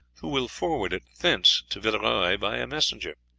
who will forward it thence to villeroy by a messenger.